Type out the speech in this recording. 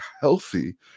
healthy